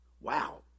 wow